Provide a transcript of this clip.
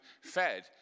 fed